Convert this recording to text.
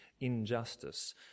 injustice